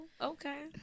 okay